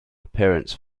appearance